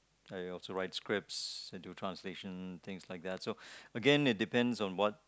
I also write scripts and do translation things like that so again it depends on what